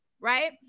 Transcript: right